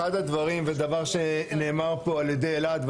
ודבר שנאמר פה על ידי אלעד,